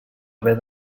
haver